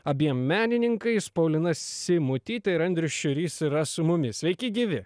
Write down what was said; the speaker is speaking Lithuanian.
abiem menininkais paulina simutytė ir andrius šiurys yra su mumis sveiki gyvi